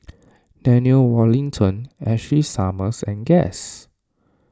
Daniel Wellington Ashley Summers and Guess